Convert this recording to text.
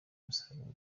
umusaruro